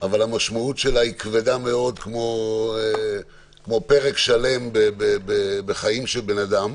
אבל המשמעות שלה כבדה מאוד כמו פרק שלם בחיים של בן אדם,